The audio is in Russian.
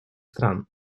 стран